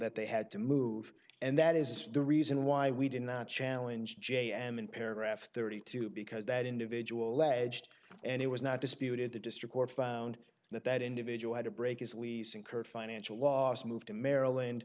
that they had to move and that is the reason why we did not challenge j m in paragraph thirty two because that individual alleged and it was not disputed the district court found that that individual had to break his lease incurred financial loss moved to maryland